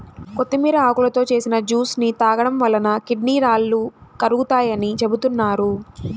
కొత్తిమీర ఆకులతో చేసిన జ్యూస్ ని తాగడం వలన కిడ్నీ రాళ్లు కరుగుతాయని చెబుతున్నారు